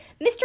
Mr